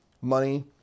money